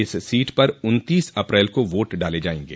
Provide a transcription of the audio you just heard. इस सीट पर उन्तीस अप्रैल को वोट डाले जायें गे